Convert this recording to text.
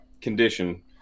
condition